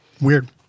Weird